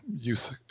youth